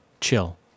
Chill